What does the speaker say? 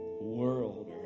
world